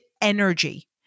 energy